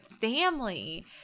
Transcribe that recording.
family